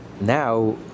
Now